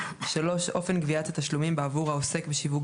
(3)אופן גביית התשלומים בעבור העוסק בשיווק